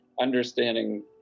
understanding